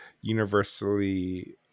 universally